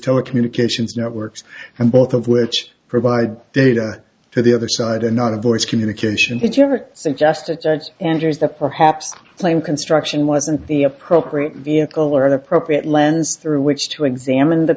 telecommunications networks and both of which provide data to the other side and not a voice communication did you ever suggest a judge enters the perhaps claim construction wasn't the appropriate vehicle or an appropriate lens through which to examine the